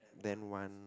then one